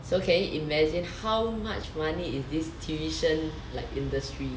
so can you imagine how much money is this tuition like industry